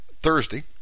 Thursday